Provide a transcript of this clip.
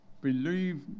believe